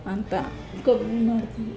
ಅಂತ ಕಮ್ಮಿ ಮಾಡ್ತೀವಿ